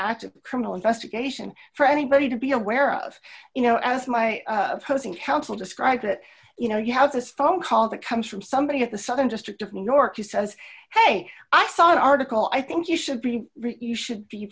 active criminal investigation for anybody to be aware of you know as my opposing counsel described it you know you have this phone call that comes from somebody at the southern district of new york who says hey i saw an article i think you should be you should be